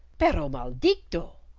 perro mal dicto!